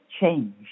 change